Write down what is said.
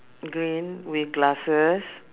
green with glasses